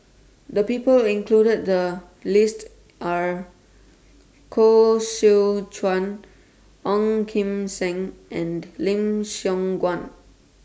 The People included The list Are Koh Seow Chuan Ong Kim Seng and Lim Siong Guan